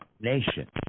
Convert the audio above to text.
nation